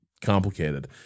complicated